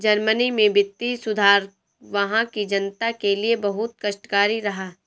Germany में वित्तीय सुधार वहां की जनता के लिए बहुत कष्टकारी रहा